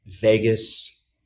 Vegas